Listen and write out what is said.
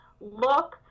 look